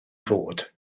fod